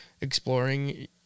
exploring